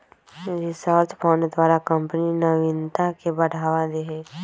research fund द्वारा company नविनता के बढ़ावा दे हइ